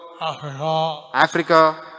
Africa